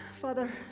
Father